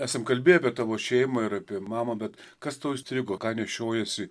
esam kalbėję apie tavo šeimą ir apie mamą bet kas tau užstrigo ką nešiojiesi